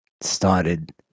started